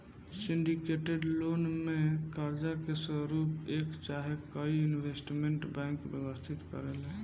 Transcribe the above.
syndicated loan में कर्जा के स्वरूप एक चाहे कई इन्वेस्टमेंट बैंक व्यवस्थित करेले